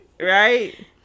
Right